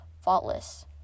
faultless